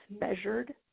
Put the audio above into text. measured